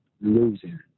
losing